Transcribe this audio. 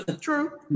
True